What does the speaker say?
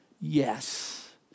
yes